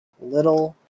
Little